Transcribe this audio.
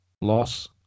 loss